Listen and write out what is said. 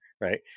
right